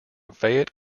fayette